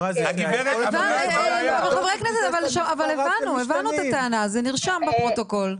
חברי הכנסת, הבנו את הטענה, זה נרשום בפרוטוקול.